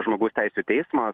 žmogaus teisių teismas